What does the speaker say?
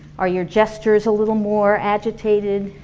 are your gestures a little more agitated?